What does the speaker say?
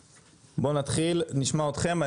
נתחיל ונשמע אתכם.